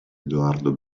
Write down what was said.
edoardo